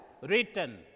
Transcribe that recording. written